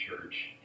Church